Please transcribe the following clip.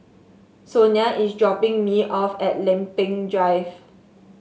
Sonia is dropping me off at Lempeng Drive